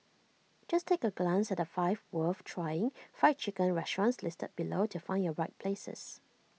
just take A glance at the five worth trying Fried Chicken restaurants listed below to find your right places